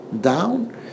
down